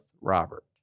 Robert